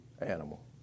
animal